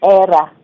era